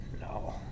no